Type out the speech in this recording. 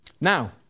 Now